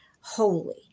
holy